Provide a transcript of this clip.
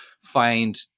find